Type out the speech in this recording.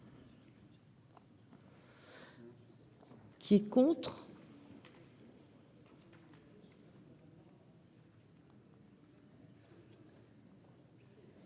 Qui est contre.